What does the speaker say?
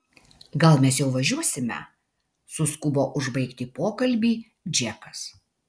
gal mes jau važiuosime suskubo užbaigti pokalbį džekas